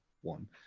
one